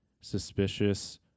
suspicious